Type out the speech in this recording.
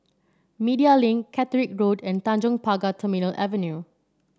Media Link Caterick Road and Tanjong Pagar Terminal Avenue